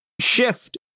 shift